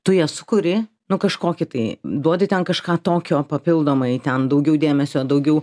tu jas kuri nu kažkokį tai duodi ten kažką tokio papildomai ten daugiau dėmesio daugiau